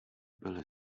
byli